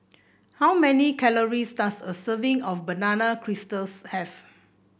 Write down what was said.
how many calories does a serving of banana have